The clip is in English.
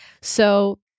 so-